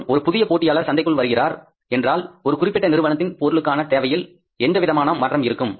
மற்றும் ஒரு புதிய போட்டியாளர் சந்தைக்குள் வருகிறார் என்றால் ஒரு குறிப்பிட்ட நிறுவனத்தின் பொருளுக்கான தேவையில் எந்தவிதமான மாற்றம் இருக்கும்